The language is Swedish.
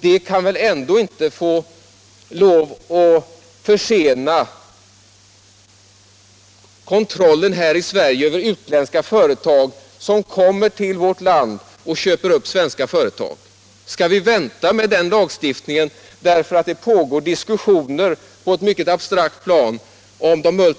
Det kan väl ändå inte få lov att försena kontrollen här i Sverige över utländska företag som kommer till vårt land och köper upp svenska företag! Skall vi vänta med den lagstiftningen därför att det pågår diskussioner om de multinationella företagen på ett mycket